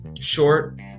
short